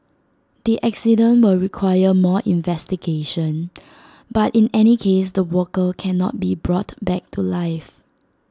the accident will require more investigation but in any case the worker cannot be brought back to life